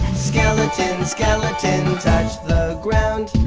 skeleton, skeleton touch the ground.